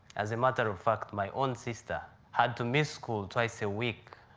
as a matter of fact, my own sister had to miss school twice a week,